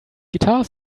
guitar